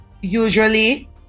Usually